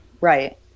Right